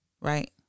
Right